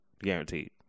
guaranteed